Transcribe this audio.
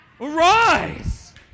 Arise